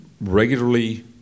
regularly